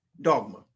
dogma